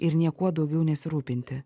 ir niekuo daugiau nesirūpinti